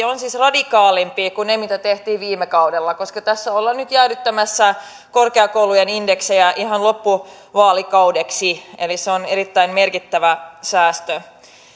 on siis radikaalimpi kuin ne mitä tehtiin viime kaudella koska tässä ollaan nyt jäädyttämässä korkeakoulujen indeksejä ihan loppuvaalikaudeksi eli se on erittäin merkittävä säästö